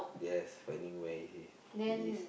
yes finding where he he is